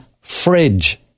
fridge